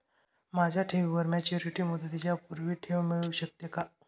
माझ्या ठेवीवर मॅच्युरिटी मुदतीच्या पूर्वी ठेव मिळू शकते का?